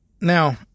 Now